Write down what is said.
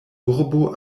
urbo